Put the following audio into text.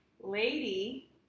Lady